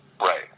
Right